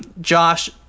Josh